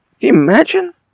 imagine